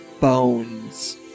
bones